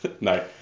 no